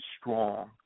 strong